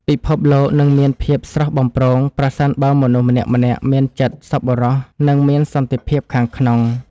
ពិភពលោកនឹងមានភាពស្រស់បំព្រងប្រសិនបើមនុស្សម្នាក់ៗមានចិត្តសប្បុរស និង មានសន្តិភាពខាងក្នុង។